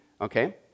Okay